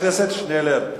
הכנסת שנלר,